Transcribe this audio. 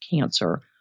cancer